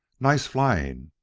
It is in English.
nice flying,